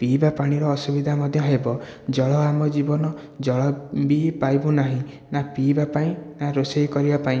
ପିଇବା ପାଣିର ଅସୁବିଧା ମଧ୍ୟ ହେବ ଜଳ ଆମ ଜୀବନ ଜଳ ବି ପାଇବୁ ନାହିଁ ନାଁ ପିଇବା ପାଇଁ ନାଁ ରୋଷେଇ କରିବା ପାଇଁ